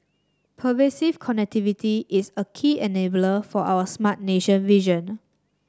pervasive connectivity is a key enabler for our Smart Nation vision